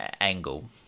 angle